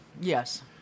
Yes